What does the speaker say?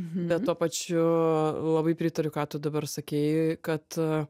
bet tuo pačiu labai pritariu ką tu dabar sakei kad